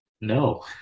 no